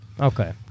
Okay